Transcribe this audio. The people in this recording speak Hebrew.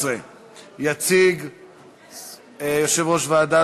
18). יציג אותה יושב-ראש ועדת